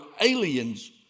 aliens